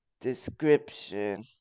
description